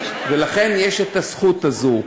ולכן יש את הזכות הזו.